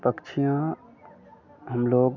पक्षियाँ हम लोग